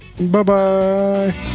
Bye-bye